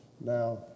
Now